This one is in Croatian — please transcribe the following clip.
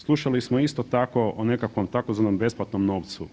Slušali smo isto tako o nekakvom tzv. besplatnom novcu.